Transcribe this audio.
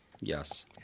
Yes